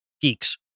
geeks